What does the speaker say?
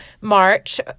March